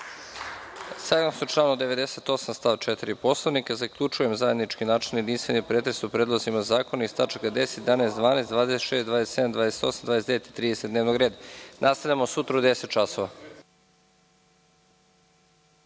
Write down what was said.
Saglasno članu 98. stav 4. Poslovnika, zaključujem zajednički načelni i jedinstveni pretres o predlozima zakona iz tačaka 10, 11, 12, 26, 27, 28, 29. i 30. dnevnog reda. Nastavljamo sutra u 10,00 časova.